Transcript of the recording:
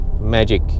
magic